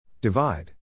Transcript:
Divide